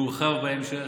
יורחב בהמשך,